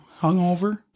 hungover